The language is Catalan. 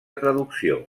traducció